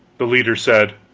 the leader said